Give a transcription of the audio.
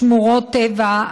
שמורות טבע,